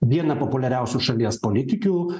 vieną populiariausių šalies politikių